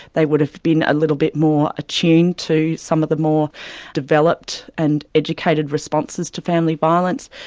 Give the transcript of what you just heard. they would have been a little bit more attuned to some of the more developed and educated responses to family violence.